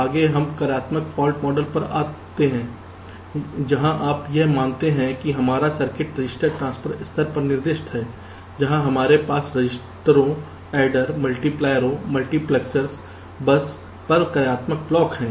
आगे हम कार्यात्मक फॉल्ट मॉडल पर आते हैं जहां आप यह मानते हैं कि हमारा सर्किट रजिस्टर ट्रांसफर स्तर पर निर्दिष्ट है जहां हमारे पास रजिस्टरों एडर मल्टीप्लायरों मल्टीप्लेक्सर्स बस पर कार्यात्मक ब्लॉक हैं